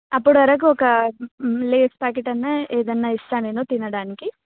అప్పటి వరకు ఒక లేస్ ప్యాకెట్టన్నా ఏదన్నా ఇస్తా నేను తినడానికి